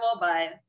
Mobile